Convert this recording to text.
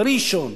בראשון.